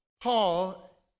Paul